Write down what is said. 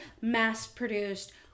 mass-produced